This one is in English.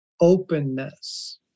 openness